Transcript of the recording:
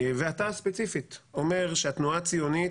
ואתה ספציפית, אומר שהתנועה הציונית